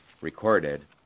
recorded